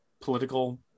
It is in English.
political